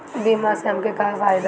बीमा से हमके का फायदा होई?